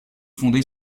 fondée